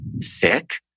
sick